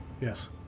Yes